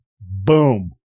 boom